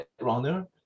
runner